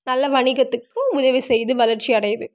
நல்ல வணிகத்துக்கும் உதவி செய்யுது வளர்ச்சி அடையுது